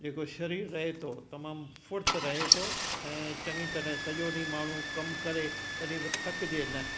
जेको शरीर रहे थो तमामु फ़ुर्त रहे थो ऐं चङी तरह सॼो ॾींहुं माण्हू कमु करे तॾहिं बि थकिजे न